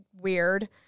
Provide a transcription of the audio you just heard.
weird